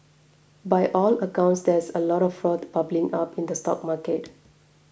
by all accounts there is a lot of froth bubbling up in the stock market